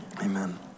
Amen